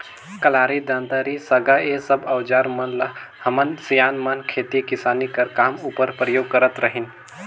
कलारी, दँतारी, साँगा ए सब अउजार मन ल हमर सियान मन खेती किसानी कर काम उपर परियोग करत रहिन